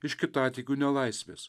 iš kitatikių nelaisvės